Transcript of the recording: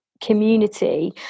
community